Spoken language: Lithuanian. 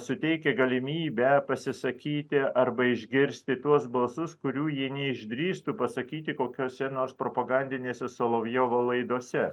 suteikia galimybę pasisakyti arba išgirsti tuos balsus kurių jie neišdrįstų pasakyti kokiuose nors propagandinėse solovjovo laidose